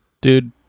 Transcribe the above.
Dude